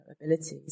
abilities